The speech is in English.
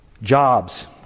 jobs